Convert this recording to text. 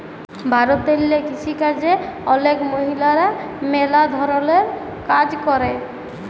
ভারতেল্লে কিসিকাজে অলেক মহিলারা ম্যালা ধরলের কাজ ক্যরে